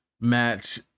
match